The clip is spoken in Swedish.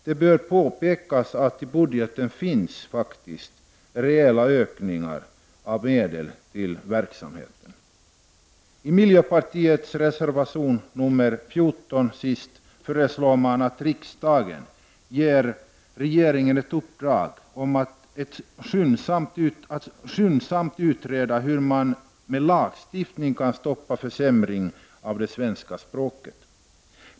Det bör påpekas att det i budgeten finns reella ökningar av medel till verksamheten. I miljöpartiets reservation nr 14 föreslår man att riksdagen ger regeringen ett uppdrag om att skyndsamt utreda hur man med lagstiftning kan stoppa försämringen av det svenska språket.